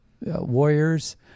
warriors